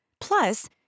Plus